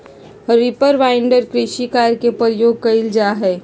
reaper binder कृषि कार्य में प्रयोग कइल जा हई